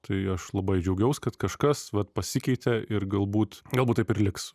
tai aš labai džiaugiaus kad kažkas vat pasikeitė ir galbūt galbūt taip ir liks